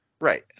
Right